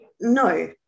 No